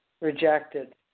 rejected